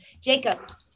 Jacob